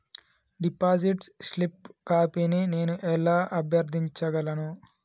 Deposit slip కాపీని నేను ఎలా అభ్యర్థించగలను?